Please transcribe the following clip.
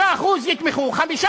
המציא.